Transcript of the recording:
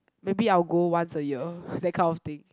maybe I will go once a year that kind of thing